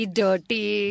dirty